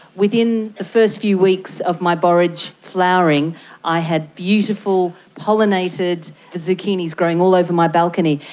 within the first few weeks of my borage flowering i had beautiful pollinated zucchinis growing all over my balcony.